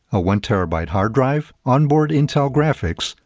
a one tb hard drive, onboard intel graphics,